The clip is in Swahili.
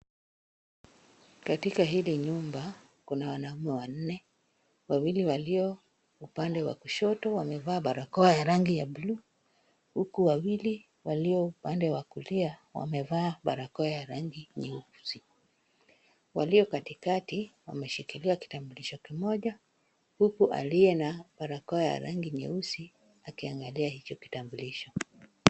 Katika hili nyumba kuna wanaume wanne, wawili walio upande wa kushoto wamevaa barakoa ya rangi ya bluu, huku wawili walio upande wa kulia wamevaa barakoa ya rangi nyeusi. Walio katikati wameshikilia kitambulisho kimoja huku aliye na barakoa ya rangi nyeusi akiangalia hicho kitambulisho.